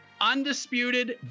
undisputed